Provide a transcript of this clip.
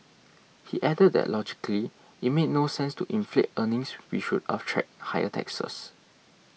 he added that logically it made no sense to inflate earnings which would attract higher taxes